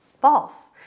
False